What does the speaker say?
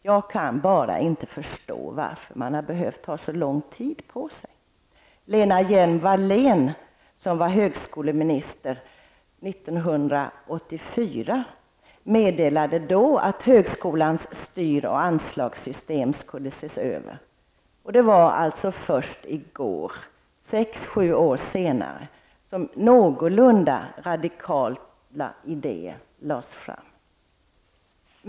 Jag kan bara inte förstå varför man har behövt ta så lång tid på sig. Lena Hjelm-Wallén, som var högskoleminister 1984, meddelade då att högskolans styr och anslagssystem skulle ses över. Det var alltså först i går, sex à sju år senare, som någorlunda radikala idéer lades fram.